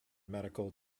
medical